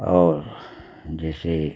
और जैसे